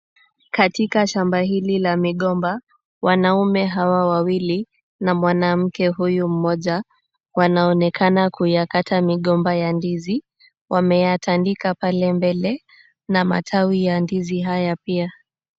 Katika shamba hili la migomba, wanaume hawa wawili na mwanamke huyu mmoja wanaonekana kuyakata migomba ya ndizi. Wameyatandika pale mbele na matawi ya ndizi haya pia.